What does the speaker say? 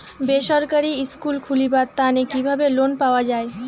বেসরকারি স্কুল খুলিবার তানে কিভাবে লোন পাওয়া যায়?